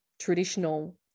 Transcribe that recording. traditional